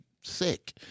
sick